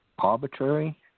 Arbitrary